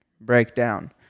breakdown